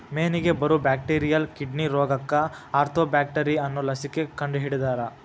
ಮೇನಿಗೆ ಬರು bacterial kidney ರೋಗಕ್ಕ ಆರ್ತೋಬ್ಯಾಕ್ಟರ್ ಅನ್ನು ಲಸಿಕೆ ಕಂಡಹಿಡದಾರ